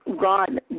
God